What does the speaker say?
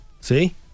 see